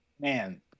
Man